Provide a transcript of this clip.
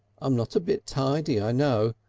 i'm not a bit tidy i know,